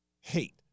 hate